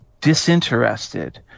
disinterested